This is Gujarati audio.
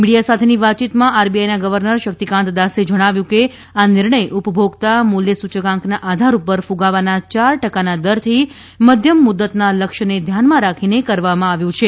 મિડીયા સાથેની વાતયીતમાં આરબીઆઈના ગવર્નર શક્તિકાંત દાસે જણાવ્યું કે આ નિર્ણય ઉપભોગતા મુલ્ય સૂચકાંકના આધાર ઉપર કુગાવાના યાર ટકાના દરથી મધ્યમ મુદતના લક્ષ્યને ધ્યાનમાં રાખીને કરવામાં આવ્યો છે